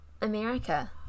america